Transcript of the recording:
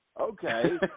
Okay